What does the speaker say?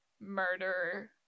murder-